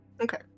Okay